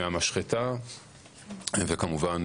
מהמשחטה וכמובן,